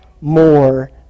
more